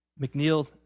McNeil